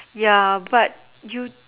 ya but you